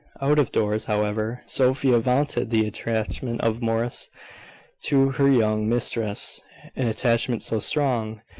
out-of-doors, however, sophia vaunted the attachment of morris to her young mistress an attachment so strong,